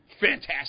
fantastic